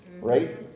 right